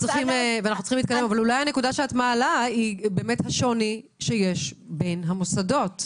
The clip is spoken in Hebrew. מעלה הוא השוני בין המוסדות.